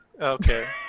Okay